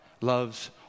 loves